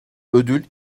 ödül